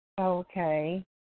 Okay